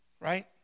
Right